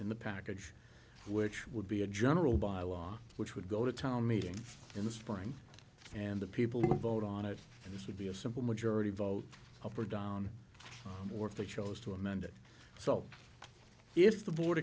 n the package which would be a general bylaw which would go to town meeting in the spring and the people vote on it and this would be a simple majority vote up or down or if they chose to amend it so if the board